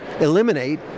eliminate